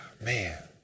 Man